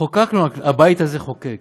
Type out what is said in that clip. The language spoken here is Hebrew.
חוקקנו, הבית הזה חוקק